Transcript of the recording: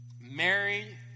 Mary